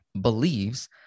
believes